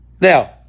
Now